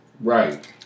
Right